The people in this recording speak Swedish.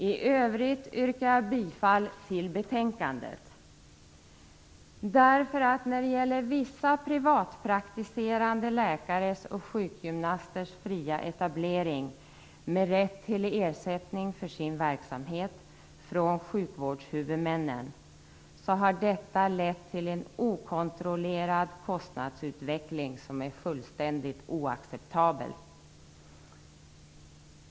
I övrigt yrkar jag bifall till hemställan i betänkandet. Vissa privatpraktiserande läkares och sjukgymnasters fria etablering med rätt till ersättning för sin verksamhet från sjukvårdshuvudmännen har lett en okontrollerad kostnadsutveckling som är fullständigt oacceptabel.